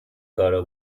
کارو